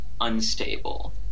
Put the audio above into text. unstable